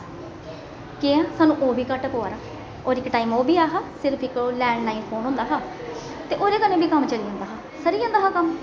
केह् ऐ सानूं ओह् बी घट्ट पवा दा होर इक टाइम ओह् बी ऐ हा सिर्फ इक लैंडलाइन फोन होंदा हा ते ओहदे कन्नै बी कम चली जंदा हा सरी जंदा हा कम्म